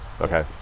okay